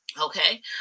Okay